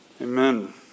Amen